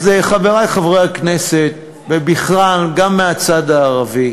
חברי חברי הכנסת, ובכלל, גם מהצד הערבי,